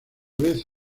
vez